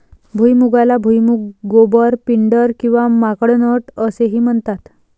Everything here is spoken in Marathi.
भुईमुगाला भुईमूग, गोबर, पिंडर किंवा माकड नट असेही म्हणतात